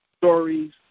stories